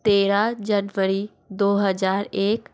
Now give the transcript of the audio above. तेरह जनवरी दो हज़ार एक